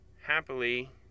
happily